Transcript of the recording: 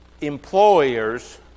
employers